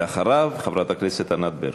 ואחריו, חברת הכנסת ענת ברקו.